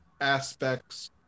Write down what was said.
aspects